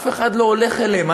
אף אחד לא הולך אליהם.